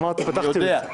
אמרתי, פתחתי בזה.